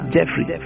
Jeffrey